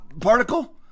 particle